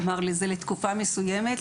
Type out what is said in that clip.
כלומר זה לתקופה מסוימת,